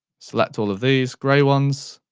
select all of these grey ones,